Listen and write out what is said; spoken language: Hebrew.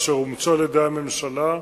והן אומצו על-ידי הממשלה.